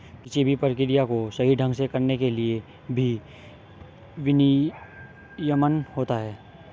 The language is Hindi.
किसी भी प्रक्रिया को सही ढंग से करने के लिए भी विनियमन होता है